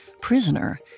prisoner